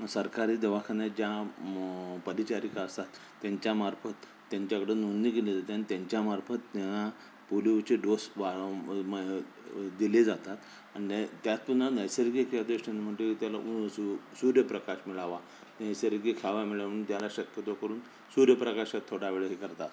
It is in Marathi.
सरकारी दवाखान्यात ज्या परिचारिका असतात त्यांच्यामार्फत त्यांच्याकडून नोंदणी केली जाते आणि त्यांच्यामार्फत पोलिओचे डोस दिले जातात आणि त्यात पुन्हा नैसर्गिक या दृष्टीनं म्हणजे त्याला सूर्यप्रकाश मिळावा नैसर्गिक हवा त्याला शक्यतो करून सूर्यप्रकाशात थोडावेळ हे करतात